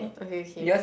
okay okay